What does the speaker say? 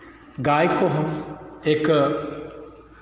गाय को हम एक